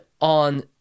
on